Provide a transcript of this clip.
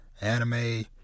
anime